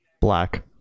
Black